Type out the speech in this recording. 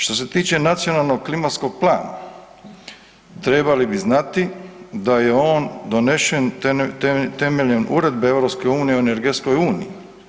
Što se tiče nacionalnog klimatskog plana, trebali bi znati da je on donesen temeljem Uredbe Europske unije o energetskoj uniji.